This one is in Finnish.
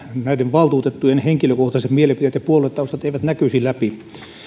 näiden valtuutettujen henkilökohtaiset mielipiteet ja puoluetaustat eivät näkyisi läpi